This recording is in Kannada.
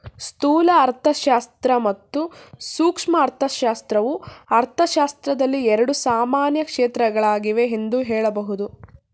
ಸ್ಥೂಲ ಅರ್ಥಶಾಸ್ತ್ರ ಮತ್ತು ಸೂಕ್ಷ್ಮ ಅರ್ಥಶಾಸ್ತ್ರವು ಅರ್ಥಶಾಸ್ತ್ರದಲ್ಲಿ ಎರಡು ಸಾಮಾನ್ಯ ಕ್ಷೇತ್ರಗಳಾಗಿವೆ ಎಂದು ಹೇಳಬಹುದು